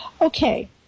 Okay